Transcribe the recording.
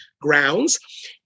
grounds